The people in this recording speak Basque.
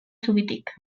zubitik